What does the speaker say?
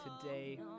today